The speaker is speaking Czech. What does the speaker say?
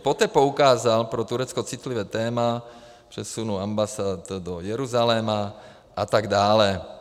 Poté poukázal na pro Turecko citlivé téma přesunu ambasád do Jeruzaléma atd.